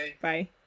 Bye